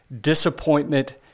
disappointment